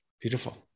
beautiful